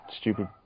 stupid